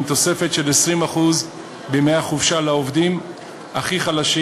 עם תוספת של 20% בימי החופשה לעובדים הכי חלשים,